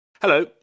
Hello